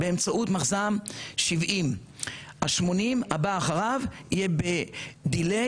באמצעות מחז"מ 70. ה-80 הבא אחריו יהיה בדילי